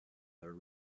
their